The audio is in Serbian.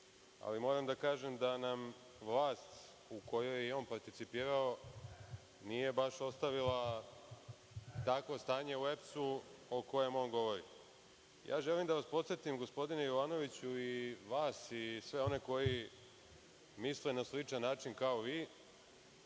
ali moram da kažem da nam vlast, u kojoj je on participirao, nije baš ostavila takvo stanje u EPS-u o kojem on govori. Želim da vas podsetim, gospodine Jovanoviću, i vas i sve one koji misle na sličan način kao i